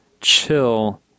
Chill